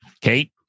Kate